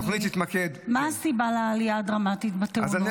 מה הסיבה לעלייה הדרמטית בתאונות,